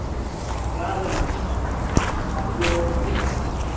चार जने तो आप लोग किस